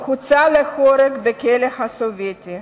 הוא הוצא להורג בכלא הסובייטי.